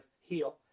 heal